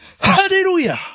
Hallelujah